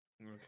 Okay